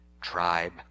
tribe